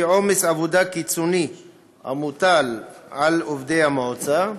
עומס עבודה קיצוני המוטל על עובדי המועצה,